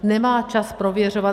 Nemá čas prověřovat.